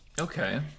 Okay